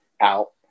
out